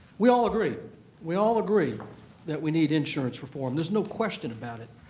we all agree we all agree that we need insurance reform. there's no question about it.